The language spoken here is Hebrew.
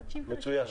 מצוין.